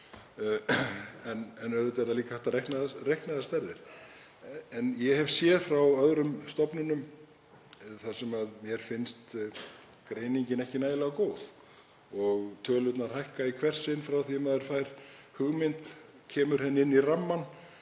En auðvitað er líka hægt að reikna þær stærðir. Ég hef greiningar frá öðrum stofnunum þar sem mér finnst greiningin ekki nægilega góð. Tölurnar hækka í hvert sinn frá því að maður fær hugmynd, kemur henni inn í rammann